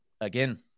again